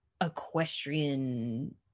equestrian